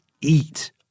eat